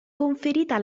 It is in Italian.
conferita